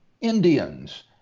Indians